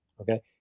Okay